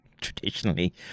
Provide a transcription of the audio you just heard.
traditionally